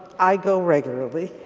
i go regularly,